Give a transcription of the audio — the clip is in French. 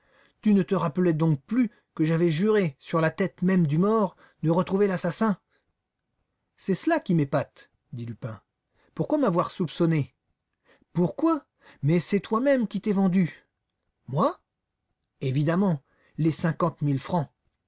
tu ne te rappelais donc plus que j'avais juré sur la tête même du mort de retrouver l'assassin c'est cela qui m'épate dit lupin pourquoi m'avoir soupçonné pourquoi mais c'est toi-même qui t'es vendu moi évidemment les cinquante mille francs